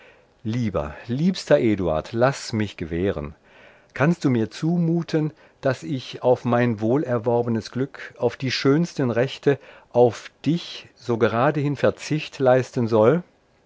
lieber liebster eduard laß mich gewähren kannst du mir zumuten daß ich auf mein wohlerworbenes glück auf die schönsten rechte auf dich so geradehin verzicht leisten soll